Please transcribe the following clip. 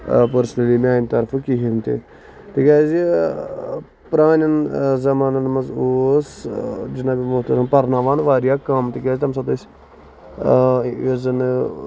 personally میانہِ طرفہٕ کِہینۍ تہِ تِکیازِ پرانٮ۪ن زَمانن منٛز اوس جِناب مۄحترم پرناوان واریاہ کَم تِکیازِ تَمہِ ساتہٕ ٲسۍ آ یُس زنہٕ